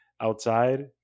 outside